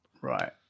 Right